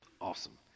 Awesome